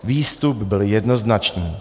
Výstup byl jednoznačný.